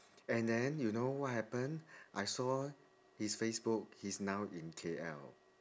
and then you know what happen I saw his facebook he's now in K_L